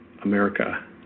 America